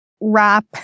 wrap